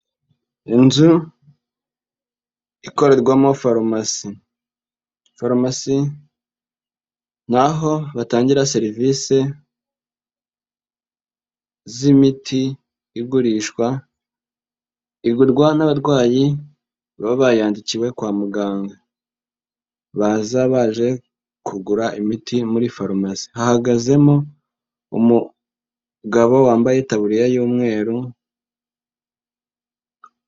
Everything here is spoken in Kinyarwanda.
Inzu ikorerwamo farumasi, farumasi ni aho batangira serivise z'imiti igurishwa, igurwa n'abarwayi, baba bayandikiwe kwa muganga. Baza baje kugura imiti muri farumasi. Hahagazemo umugabo, wambaye itaburiya y'umweru.